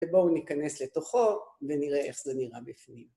ובואו ניכנס לתוכו ונראה איך זה נראה בפנים.